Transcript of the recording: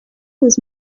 was